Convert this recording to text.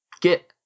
get